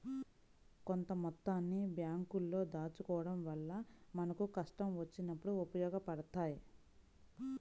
కొంత మొత్తాన్ని బ్యేంకుల్లో దాచుకోడం వల్ల మనకు కష్టం వచ్చినప్పుడు ఉపయోగపడతయ్యి